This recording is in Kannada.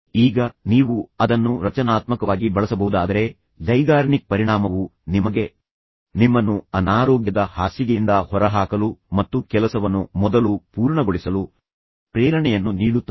ಈಗ ನೀವು ಅದನ್ನು ರಚನಾತ್ಮಕವಾಗಿ ಬಳಸಬಹುದಾದರೆ ಝೈಗಾರ್ನಿಕ್ ಪರಿಣಾಮವು ನಿಮಗೆ ನಿಮ್ಮನ್ನು ಅನಾರೋಗ್ಯದ ಹಾಸಿಗೆಯಿಂದ ಹೊರಹಾಕಲು ಮತ್ತು ಕೆಲಸವನ್ನು ಮೊದಲು ಪೂರ್ಣಗೊಳಿಸಲು ಪ್ರೇರಣೆಯನ್ನು ನೀಡುತ್ತದೆ